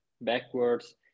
backwards